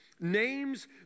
Names